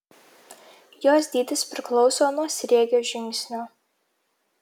jos dydis priklauso nuo sriegio žingsnio